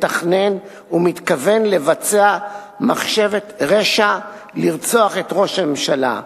מתכנן ומתכוון לבצע מחשבת רשע לרצוח את ראש הממשלה.